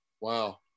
wow